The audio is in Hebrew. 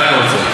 רק האוצר.